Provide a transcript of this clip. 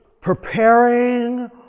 preparing